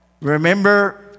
Remember